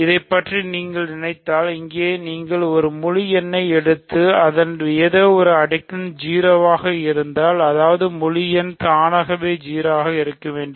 இதைப் பற்றி நீங்கள் நினைத்தால் இங்கே நீங்கள் ஒரு முழு எண்ணை எடுத்து அதன் ஏதோ ஒரு அடுக்கு 0 ஆக இருந்தால் அதாவது முழு எண் தானாகவே 0 ஆக இருக்க வேண்டும்